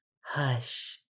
Hush